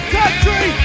country